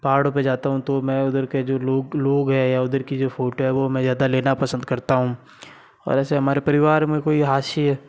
पहाड़ों पर जाता हूँ तो मैं उधर के जो लोग लोग हैं या उधर की जो फोटो है वो मैं ज़्यादा लेना पसंद करता हूँ और वैसे हमारे परिवार में कोई हास्य